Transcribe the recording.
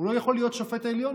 הוא לא יכול להיות שופט עליון,